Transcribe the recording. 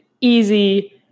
easy